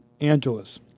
Angeles